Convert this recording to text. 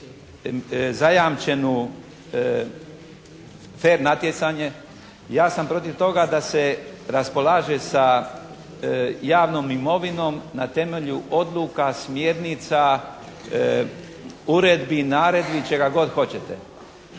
zajamčenu, te natjecanje. Ja sam protiv toga da se raspolaže sa javnom imovinom na temelju odluka, smjernica, uredbi, naredbi, čega god hoćete.